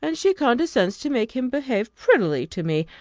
and she condescends to make him behave prettily to me,